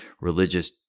religious